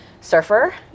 surfer